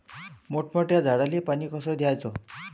मोठ्या मोठ्या झाडांले पानी कस द्याचं?